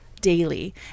daily